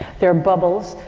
there are bubbles.